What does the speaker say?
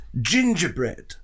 gingerbread